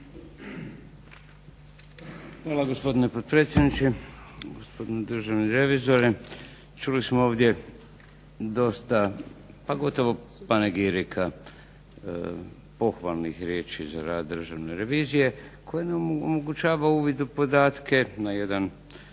Hvala gospodine potpredsjedniče. Gospodine državni revizore. Čuli smo ovdje dosta pa gotovo panegirika pohvalnih riječi za rad Državne revizije koji nam omogućava uvid u podatke na jedan